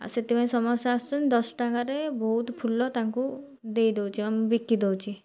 ଆଉ ସେଥିପାଇଁ ସମସ୍ତେ ଆସୁଛନ୍ତି ଦଶ ଟଙ୍କାରେ ବହୁତ ଫୁଲ ତାଙ୍କୁ ଦେଇ ଦେଉଛି ଆମ ବିକି ଦେଉଛି